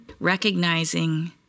recognizing